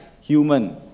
human